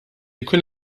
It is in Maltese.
jkun